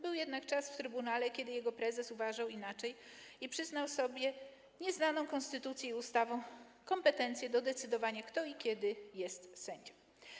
Był jednak czas w trybunale, kiedy jego prezes uważał inaczej i przyznał sobie nieznaną konstytucji i ustawom kompetencję do decydowania, kto i kiedy jest sędzią.